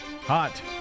Hot